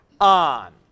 on